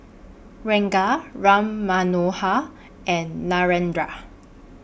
Ranga Ram Manohar and Narendra